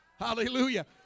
Hallelujah